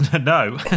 No